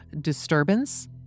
disturbance